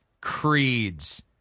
creeds